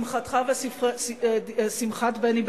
שמחתך ושמחת בני בגין,